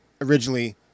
originally